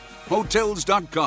Hotels.com